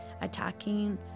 attacking